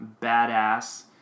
badass